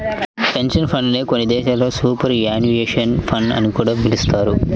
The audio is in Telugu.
పెన్షన్ ఫండ్ నే కొన్ని దేశాల్లో సూపర్ యాన్యుయేషన్ ఫండ్ అని కూడా పిలుస్తారు